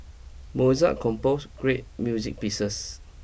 Mozart compose great music pieces